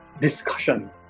discussion